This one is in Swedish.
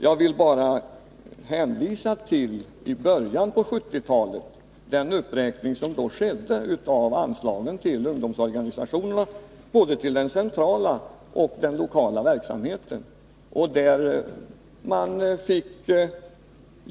Jag vill bara hänvisa till den uppräkning av anslagen till ungdomsorganisationerna som skedde i början av 1970-talet, både till den centrala och till den lokala verksamheten.